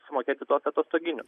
sumokėti tuos atostoginius